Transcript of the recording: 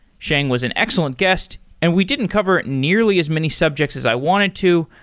sheng was an excellent guest and we didn't cover nearly as many subjects as i wanted to.